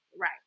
Right